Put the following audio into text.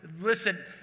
Listen